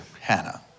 Hannah